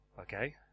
okay